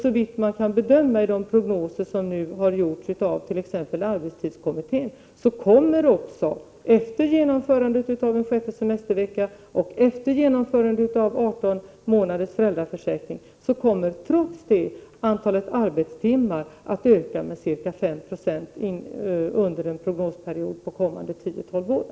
Såvitt man kan bedöma i de prognoser som gjorts av t.ex. arbetstidskommittén kommer efter genomförandet av en sjätte semestervecka och efter genomförandet av 18 månaders föräldraförsäkring antalet arbetstimmar att öka med ca 5 76 under en prognosperiod på de kommande 10-12 åren.